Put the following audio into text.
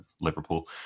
Liverpool